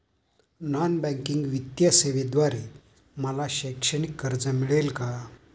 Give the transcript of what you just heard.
Non banking वित्तीय सेवेद्वारे मला शैक्षणिक कर्ज मिळेल का?